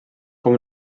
com